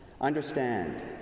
Understand